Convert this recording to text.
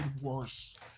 worse